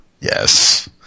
Yes